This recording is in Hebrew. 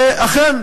ואכן,